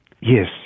Yes